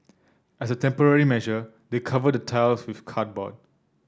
as a temporary measure they covered the tiles with cardboard